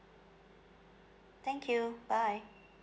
thank you bye